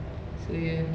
so ya